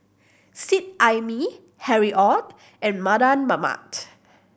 Seet Ai Mee Harry Ord and Mardan Mamat